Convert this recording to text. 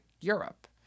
Europe